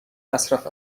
مصرف